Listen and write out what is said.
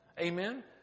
Amen